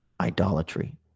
idolatry